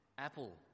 Apple